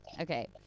Okay